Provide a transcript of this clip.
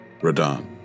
Radon